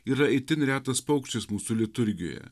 yra itin retas paukštis mūsų liturgijoje